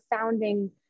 founding